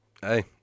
Hey